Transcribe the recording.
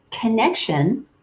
connection